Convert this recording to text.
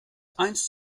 eins